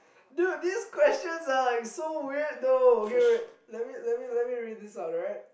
dude these questions are like so weird though okay wait let me let me let me read this out right